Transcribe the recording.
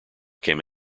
came